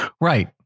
Right